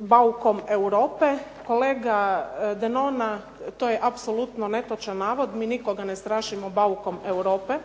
baukom Europe. Kolega Denona to je apsolutno netočan navod. Mi nikoga ne strašimo baukom Europe.